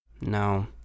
No